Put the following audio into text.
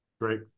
Great